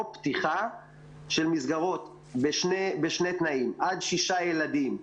או פתיחה של מסגרות בשני תנאים: עד שישה ילדים,